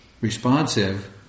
responsive